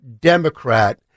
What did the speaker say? Democrat